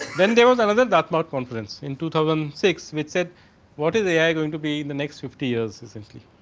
when they was another dark mouth conference in two thousand and six with said what is a i going to be the next fifty years essentially.